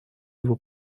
его